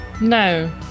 No